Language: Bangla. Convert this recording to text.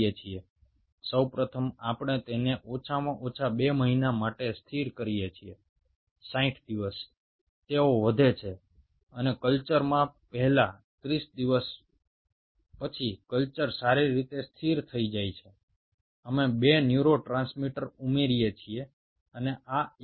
তাহলে আমরা প্রথমে সেটআপটাকে এইভাবে তৈরি করছি যে অন্তত দুই মাস বা 60 দিন ধরে তারা বৃদ্ধি পাবে এবং প্রথম 30 দিনের পর আমরা দুটো নিউরোট্রান্সমিটার যোগ করব